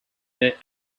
their